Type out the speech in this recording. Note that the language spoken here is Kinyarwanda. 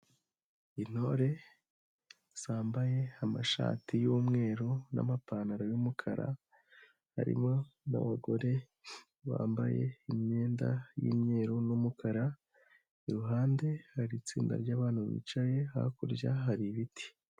Intore zambaye amashati y'umweru n'amapantaro y'umukara, harimo n'abagore bambaye imyenda y'imweru n'umukara, iruhande hari itsinda ry'abantu bicaye, hakurya hari ibiti.